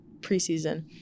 preseason